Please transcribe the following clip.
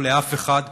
לא לאף אחד,